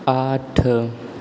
आठ